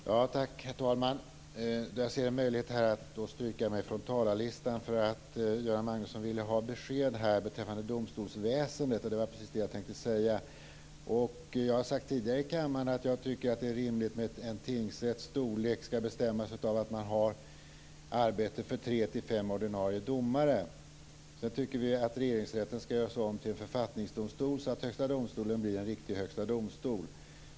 Herr talman! Jag ser här en möjlighet att stryka mig från talarlistan. Göran Magnusson ville ha besked beträffande domstolsväsendet. Det var precis det jag tänkte ta upp. Jag har sagt tidigare i kammaren att jag tycker att det är rimligt att en tingsrätts storlek skall bestämmas av att man har arbete för tre till fem ordinarie domare. Sedan tycker vi att Regeringsrätten skall göras om till en författningsdomstol så att Högsta domstolen blir en riktig högsta domstol.